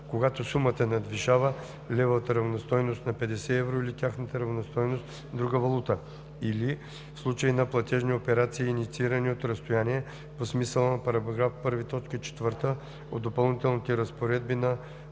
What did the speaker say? когато сумата надвишава левовата равностойност на 50 евро или тяхната равностойност в друга валута, или в случай на платежни операции, инициирани от разстояние, по смисъла на § 1, т. 4 от Допълнителните разпоредби на